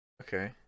Okay